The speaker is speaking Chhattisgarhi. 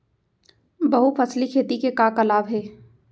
बहुफसली खेती के का का लाभ हे?